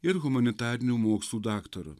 ir humanitarinių mokslų daktaro